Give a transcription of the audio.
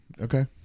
Okay